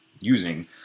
using